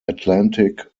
atlantic